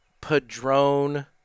padrone